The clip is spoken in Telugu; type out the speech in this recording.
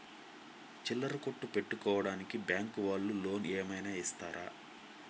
చిల్లర కొట్టు పెట్టుకోడానికి బ్యాంకు వాళ్ళు లోన్ ఏమైనా ఇస్తారా?